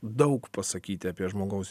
daug pasakyti apie žmogaus